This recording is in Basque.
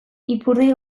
ipurdi